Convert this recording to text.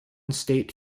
state